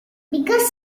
biggest